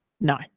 No